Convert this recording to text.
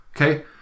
Okay